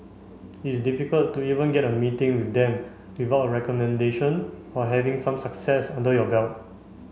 it's difficult to even get a meeting with them without a recommendation or having some success under your belt